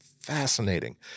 fascinating